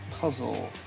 puzzle